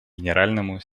генеральному